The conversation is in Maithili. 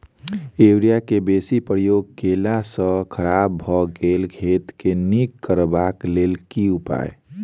यूरिया केँ बेसी प्रयोग केला सऽ खराब भऽ गेल खेत केँ नीक करबाक लेल की उपाय?